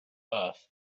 earth